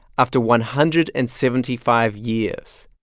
after one hundred and seventy five years,